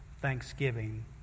Thanksgiving